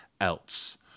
else